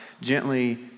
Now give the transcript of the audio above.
gently